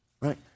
right